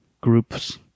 groups